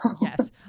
Yes